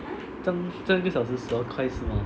这样一个小时十二块是吗